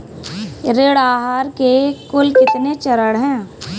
ऋण आहार के कुल कितने चरण हैं?